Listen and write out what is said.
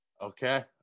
Okay